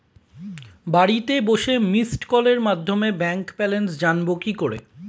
বাড়িতে বসে মিসড্ কলের মাধ্যমে ব্যাংক ব্যালেন্স জানবো কি করে?